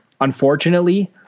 unfortunately